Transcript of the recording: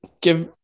Give –